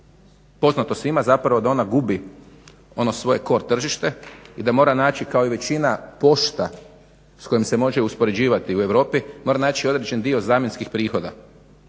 poznato svima zapravo da ona gubi ono svoje core tržište i da mora naći kao i većina pošta s kojim se može uspoređivati u Europi, mora naći određen dio zamjenskih prihoda